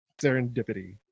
Serendipity